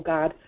God